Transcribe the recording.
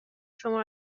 شما